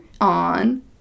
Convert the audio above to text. on